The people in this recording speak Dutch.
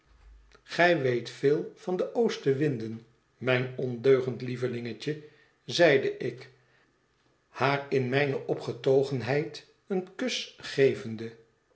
gij weet veel van oostenwinden mijn ondeugend lievelingetje zeide ik haar in mijne opgetogenheid een kus gevende